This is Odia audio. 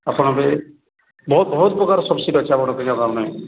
ଆପଣଙ୍କ ପାଇଁ ବହୁତ ବହୁତ ପ୍ରକାର ସବ୍ସିଡ଼ି ଅଛି ଆପଣଙ୍କ ପିଲାମାନଙ୍କ ପାଇଁ